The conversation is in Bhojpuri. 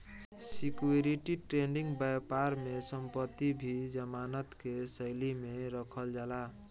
सिक्योरिटी ट्रेडिंग बैपार में संपत्ति भी जमानत के शैली में रखल जाला